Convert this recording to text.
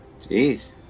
Jeez